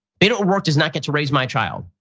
beto o'rourke does not get to raise my child.